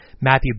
Matthew